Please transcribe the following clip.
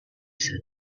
said